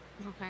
Okay